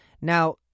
Now